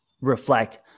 reflect